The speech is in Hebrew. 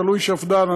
תלוי שפד"ן,